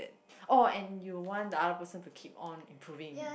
oh and you one the other person to keep on improving